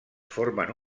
formen